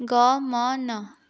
ଗମନ